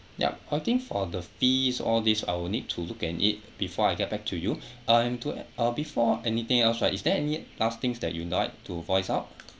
ya I think for the fees all these I will need to look at it before I get back to you I'm to~ uh before anything else right is there any last things that you like to voice out